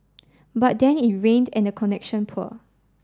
but then it rained and the connection poor